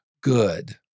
good